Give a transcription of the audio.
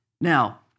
Now